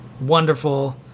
wonderful